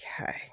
okay